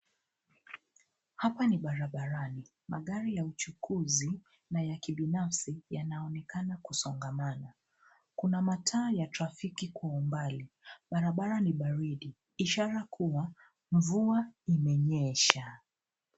Hapa ni baabarani. Magari ya uchukuzi na ya kibinafsi yanaonekana kusongamana. Kuna mataa ya trafiki kwa umbali. Barabara ni baridi, ishara kua mvua imenyesha.